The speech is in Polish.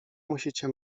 musicie